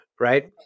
right